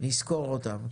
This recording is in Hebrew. שנזכור אותם.